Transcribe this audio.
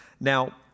Now